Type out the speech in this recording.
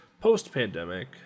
post-pandemic